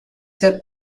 ser